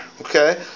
okay